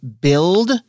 build